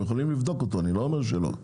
אני לא אומר שלא.